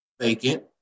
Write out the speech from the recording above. vacant